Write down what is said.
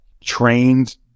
trained